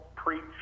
preach